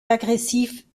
agressifs